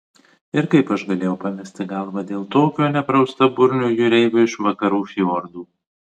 ir kaip aš galėjau pamesti galvą dėl tokio nepraustaburnio jūreivio iš vakarų fjordų